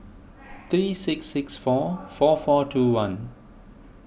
three six six four four four two one